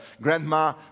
grandma